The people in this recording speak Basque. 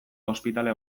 ospitale